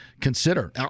consider